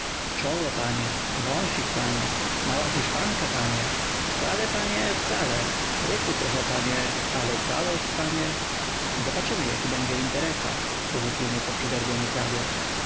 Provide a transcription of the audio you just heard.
czoło panie wąsik panie mała hiszpanka panie wcale panie wcale rysy trochę panie ale całość panie zobaczymy jaki będzie w interesach dorzucił nieco przygarbiony hrabia